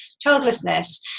childlessness